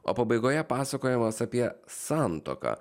o pabaigoje pasakojimas apie santuoką